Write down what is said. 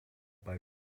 bei